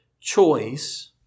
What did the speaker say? choice